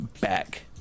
back